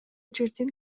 жердин